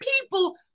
people